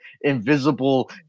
invisible